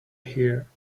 here